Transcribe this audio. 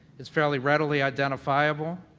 it's fairly readily identifiable.